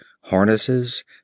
harnesses